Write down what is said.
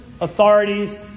authorities